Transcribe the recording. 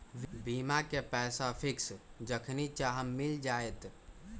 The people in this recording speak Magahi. बीमा के पैसा फिक्स जखनि चाहम मिल जाएत?